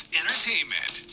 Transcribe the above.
entertainment